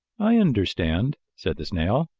i understand, said the snail.